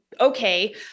okay